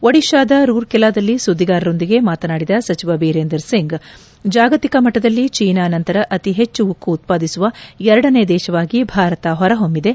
ಒಡಿತಾದ ರೂರ್ಕೆಲಾದಲ್ಲಿ ಸುದ್ದಿಗಾರರೊಂದಿಗೆ ಮಾತನಾಡಿದ ಸಚಿವ ಬೀರೇಂದರ್ ಸಿಂಗ್ ಜಾಗತಿಕ ಮಟ್ಟದಲ್ಲಿ ಚೀನಾ ನಂತರ ಅತಿ ಹೆಚ್ಚು ಉಕ್ಕು ಉತ್ಪಾದಿಸುವ ಎರಡನೇ ದೇಶವಾಗಿ ಭಾರತ ಹೊರಹೊಮ್ಬಿದೆ